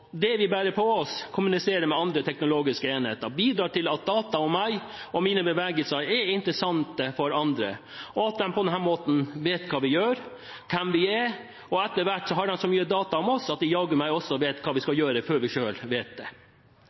kommuniserer med andre teknologiske enheter. Det bidrar til at data om meg og mine bevegelser er interessante for andre, og at man på denne måten vet hva vi gjør og hvem vi er. Etter hvert er det så mye data om oss at man jaggu meg også vet hva vi skal gjøre før vi selv vet det.